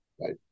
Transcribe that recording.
Right